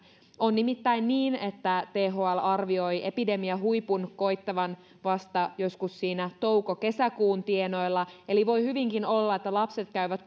on nimittäin niin että thl arvioi epidemiahuipun koittavan vasta joskus siinä touko kesäkuun tienoilla eli voi hyvinkin olla että lapset käyvät